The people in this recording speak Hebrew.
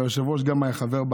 וגם היושב-ראש היה חבר.